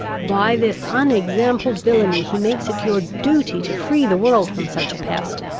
by this unexampled villainy, he makes it your duty to free the world from such a pest,